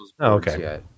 okay